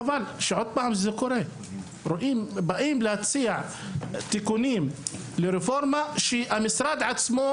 חבל שזה קורה שוב; מציעים תיקונים לרפורמה שהיא של המשרד עצמו.